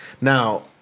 Now